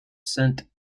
sent